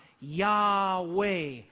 Yahweh